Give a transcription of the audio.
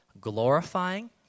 glorifying